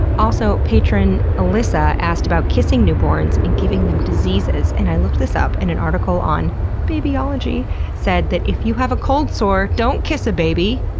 also, patron alyssa asked about kissing newborns and giving them diseases. and i looked this up and an article on babyology said that if you have a cold sore, don't kiss a baby!